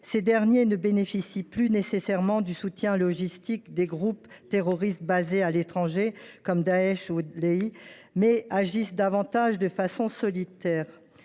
Ces derniers ne bénéficient plus nécessairement du soutien logistique de groupes terroristes basés à l’étranger, comme Daech, l’État islamique ; ils agissent davantage de façon solitaire.